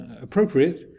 appropriate